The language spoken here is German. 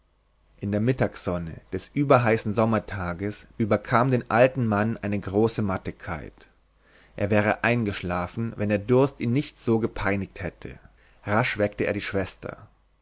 in der mittagssonne des überheißen sommertages überkam den alten mann eine große mattigkeit er wäre eingeschlafen wenn der durst ihn nicht so gepeinigt hätte rasch weckte er die schwester